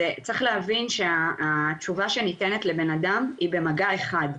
צריך להבין שהתשובה שניתנת לבנאדם היא במגע אחד.